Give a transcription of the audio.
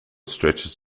stretches